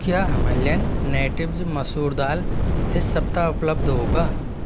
क्या Himalayan natives मसूर दाल इस सप्ताह उपलब्ध होगा